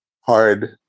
hard